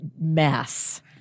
mess